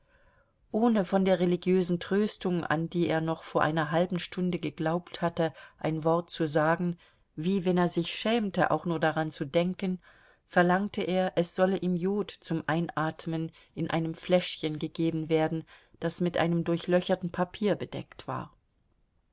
ohne von der religiösen tröstung an die er noch vor einer halben stunde geglaubt hatte ein wort zu sagen wie wenn er sich schämte auch nur daran zu denken verlangte er es solle ihm jod zum einatmen in einem fläschchen gegeben werden das mit einem durchlöcherten papier bedeckt war